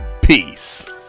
Peace